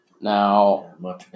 Now